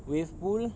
wave pool